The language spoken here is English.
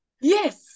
Yes